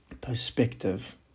perspective